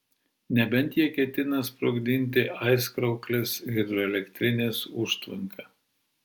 nebent jie ketina sprogdinti aizkrauklės hidroelektrinės užtvanką